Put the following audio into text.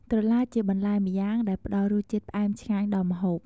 ត្រឡាចជាបន្លែម្យ៉ាងដែលផ្ដល់រសជាតិផ្អែមឆ្ងាញ់ដល់ម្ហូប។